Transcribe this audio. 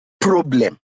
problem